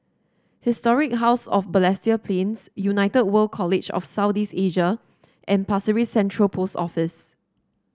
Historic House of Balestier Plains United World College of South East Asia and Pasir Ris Central Post Office